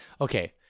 okay